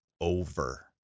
over